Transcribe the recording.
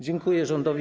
Dziękuję rządowi.